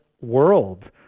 world